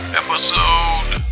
episode